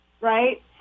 right